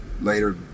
later